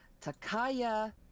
Takaya